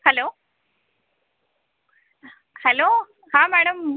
hello hello हां madam